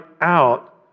out